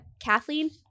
Kathleen